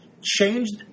changed